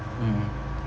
mm